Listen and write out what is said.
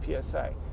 PSA